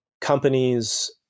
companies